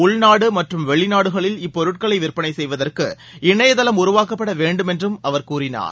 உள்நாடு மற்றம் வெளிநாடுகளில் இப்பொருட்களை விற்பனை செய்வதற்கு இணையதளம் உருவாக்கப்பட வேண்டுமென்றும் அவர் கூறினார்